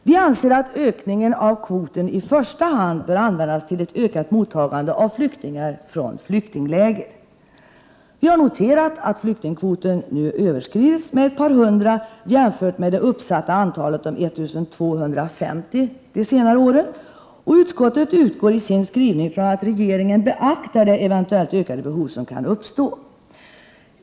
Vi anser att ökningen av kvoten i första hand bör användas till ett vidgat mottagande av flyktingar från flyktingläger. Vi har noterat att flyktingkvoten nu överskridits med ett par hundra jämfört med det uppsatta antalet 1 250 de senare åren, och utskottet utgår i sin skrivning från att regeringen beaktar det eventuellt ökade behov som kan uppstå.